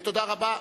תודה רבה.